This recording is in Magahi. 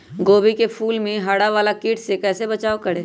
गोभी के फूल मे हरा वाला कीट से कैसे बचाब करें?